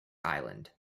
island